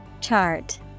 Chart